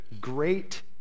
great